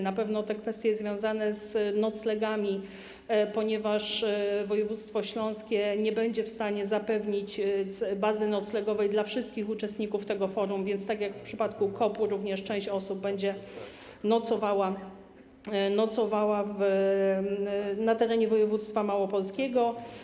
Na pewno kwestie związane z noclegami, ponieważ województwo śląskie nie będzie w stanie zapewnić bazy noclegowej dla wszystkich uczestników tego forum, więc tak jak w przypadku COP-u również część osób będzie nocowała na terenie województwa małopolskiego.